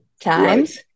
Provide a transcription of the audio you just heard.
times